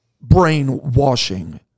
brainwashing